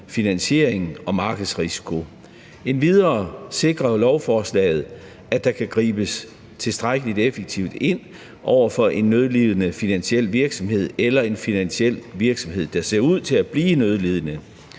finansiering og markedsrisiko. Endvidere sikrer lovforslaget, at der kan gribes tilstrækkelig effektivt ind over for en nødlidende finansiel virksomhed eller en finansiel virksomhed, der ser ud til at blive nødlidende.